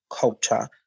culture